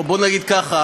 או, בוא נגיד ככה.